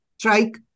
Strike